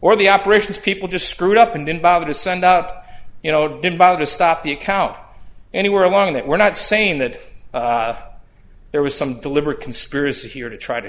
or the operations people just screwed up and didn't bother to send up you know didn't bother to stop the account anywhere along that we're not saying that there was some deliberate conspiracy here to try to